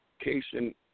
education